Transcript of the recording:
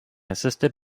assisted